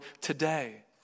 today